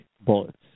bullets